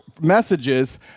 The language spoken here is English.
messages